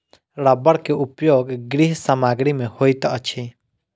रबड़ के उपयोग गृह सामग्री में होइत अछि